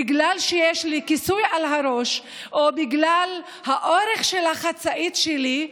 בגלל שיש לי כיסוי על הראש או בגלל האורך של החצאית שלי,